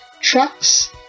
trucks